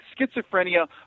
schizophrenia